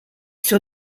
sur